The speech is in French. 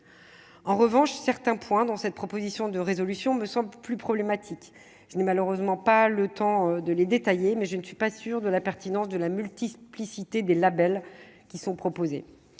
en revanche certains points dans cette proposition de résolution me semble plus problématique, je n'ai malheureusement pas le temps de les détailler, mais je ne suis pas sûr de la pertinence de la multiplicité des labels qui sont proposés,